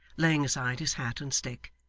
laying aside his hat and stick,